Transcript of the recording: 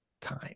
time